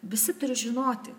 visi turi žinoti